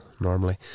normally